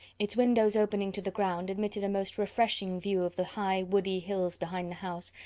its windows opening to the ground, admitted a most refreshing view of the high woody hills behind the house,